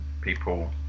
people